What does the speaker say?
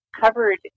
covered